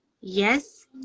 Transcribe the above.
yes